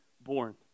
born